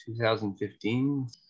2015